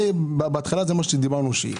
בהתחלה זה מה שדיברנו שיהיה.